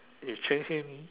you change him